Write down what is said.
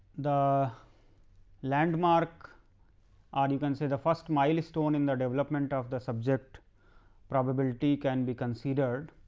the landmark are you can say the first milestone in the development of the subject probability can be considered